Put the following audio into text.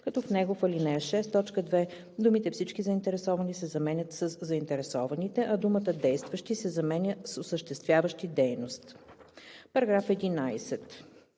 като в него в ал. 6, т. 2 думите „всички заинтересовани“ се заменят със „заинтересованите“, а думата „действащи“ се заменя с „осъществяващи дейност“.